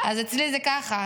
אז אצלי זה ככה.